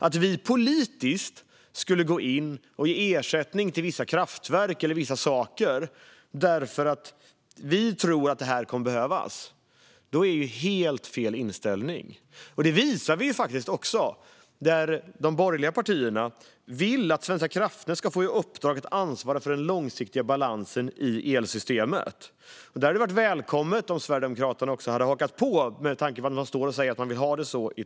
Att vi politiskt skulle gå in och ge ersättning till vissa kraftverk eller andra saker för att vi tror att de kommer att behövas är helt fel inställning. De borgerliga partierna vill att Svenska kraftnät ska få i uppdrag att ansvara för den långsiktiga balansen i elsystemet. Det hade varit välkommet om Sverigedemokraterna också hade hakat på, med tanke på att man i talarstolen säger att man vill ha det så.